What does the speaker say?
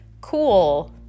cool